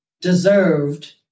deserved